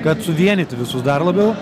kad suvienyti visus dar labiau